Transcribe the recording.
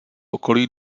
okolí